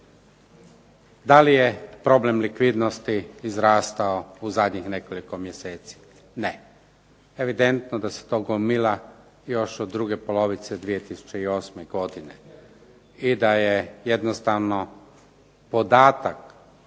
Da li je problem likvidnosti izrastao u zadnjih nekoliko mjeseci? Ne. Evidentno je da se to gomila još od druge polovice 2008. godine i da je jednostavno podatak